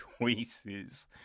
choices